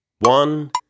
one